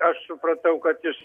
aš supratau kad jis